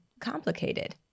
complicated